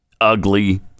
ugly